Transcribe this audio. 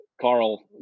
Carl